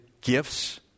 gifts